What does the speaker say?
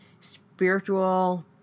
Spiritual